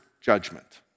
judgment